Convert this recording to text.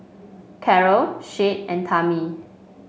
Carol Shade and Tami